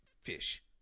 fish